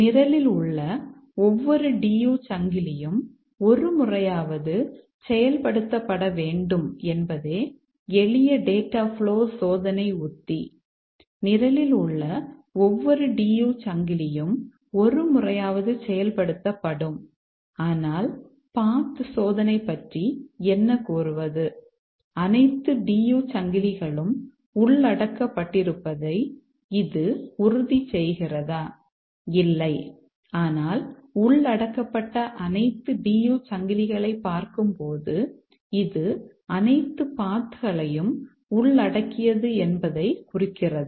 நிரலில் உள்ள ஒவ்வொரு DU சங்கிலியும் ஒரு முறையாவது செயல்படுத்தப்பட வேண்டும் என்பதே எளிய டேட்டா ப்ளோ களையும் உள்ளடக்கியது என்பதைக் குறிக்கிறதா